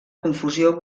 confusió